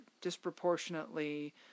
disproportionately